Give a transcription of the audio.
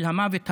אל המוות הנורא,